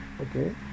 okay